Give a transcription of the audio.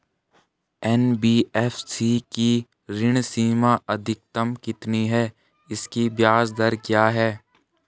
NBFC की ऋण सीमा अधिकतम कितनी है इसकी ब्याज दर क्या है?